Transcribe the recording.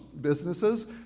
businesses